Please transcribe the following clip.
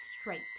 straight